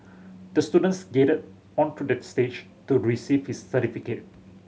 the student skated onto the stage to receive his certificate